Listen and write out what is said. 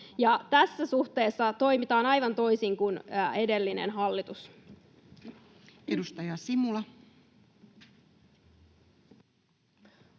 tässä suhteessa toimitaan aivan toisin kuin edellinen hallitus. [Speech